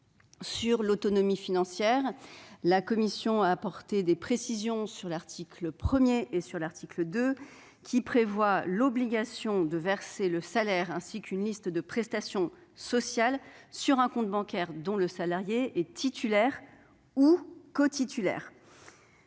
d'autonomie financière, la commission a apporté des précisions aux articles 1 et 2, qui prévoient l'obligation de verser le salaire, ainsi qu'une liste de prestations sociales, sur un compte bancaire dont le salarié ou le bénéficiaire